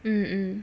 mm mm